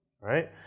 Right